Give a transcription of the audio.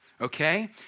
Okay